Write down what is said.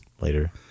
later